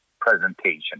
presentation